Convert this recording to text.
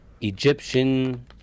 Egyptian